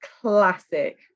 classic